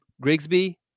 Grigsby